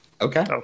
okay